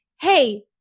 hey